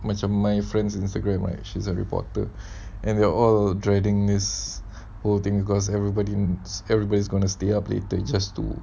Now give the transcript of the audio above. macam my friend's instagram or actions a reporter and they're all dragging this whole thing because everybody everybody's gonna stay updated just to